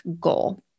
goal